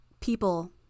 people